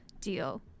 deal